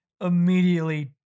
immediately